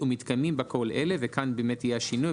ומתקיימים בה כל אלה..." וכאן באמת יהיה השינוי,